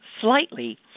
slightly